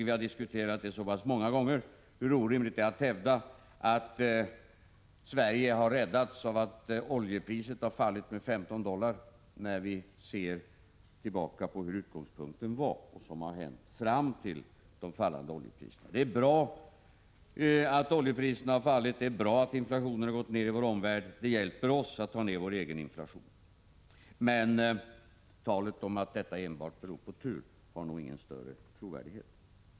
Vi har många gånger diskuterat hur orimligt det är att hävda att Sverige har räddats av att oljepriset har fallit med 15 dollar, när vi ser tillbaka på utgångsläget och vad som har hänt fram till det fallande oljepriset. Det är bra att oljepriset har fallit och att inflationen har gått ned i vår omvärld. Det hjälper oss att minska vår egen inflation. Men talet om att detta enbart beror på tur har nog ingen större trovärdighet.